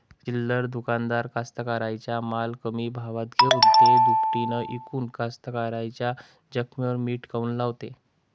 चिल्लर दुकानदार कास्तकाराइच्या माल कमी भावात घेऊन थो दुपटीनं इकून कास्तकाराइच्या जखमेवर मीठ काऊन लावते?